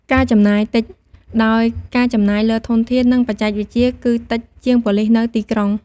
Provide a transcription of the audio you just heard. ការចំណាយតិច ដោយការចំណាយលើធនធាន និងបច្ចេកវិទ្យាគឺតិចជាងប៉ូលិសនៅទីក្រុង។